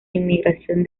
inmigración